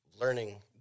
learning